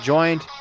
Joined